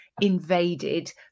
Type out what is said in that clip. invaded